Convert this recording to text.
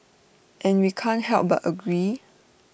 and we can't help but agree